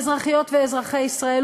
אזרחיות ואזרחי ישראל,